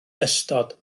ystod